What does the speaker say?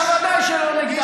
אתה ודאי שלא נגדם.